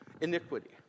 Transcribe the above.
iniquity